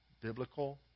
biblical